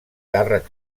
càrrec